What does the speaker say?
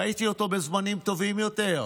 ראיתי אותו בזמנים טובים יותר,